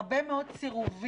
הרבה מאוד סירובים